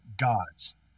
God's